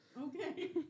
Okay